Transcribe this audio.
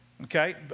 Okay